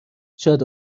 شاید